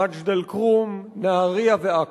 מג'ד-אל-כרום, נהרייה ועכו.